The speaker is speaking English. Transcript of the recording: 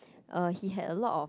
uh he had a lot of